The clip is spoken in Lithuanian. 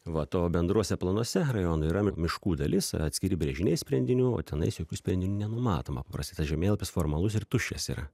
vat o bendruose planuose rajonų yra mi miškų dalis yra atskiri brėžiniai sprendinių o tenais jokių sprendinių nenumatoma paprastai tas žemėlapis formalus ir tuščias yra